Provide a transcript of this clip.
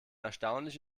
erstaunlich